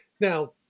Now